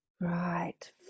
Right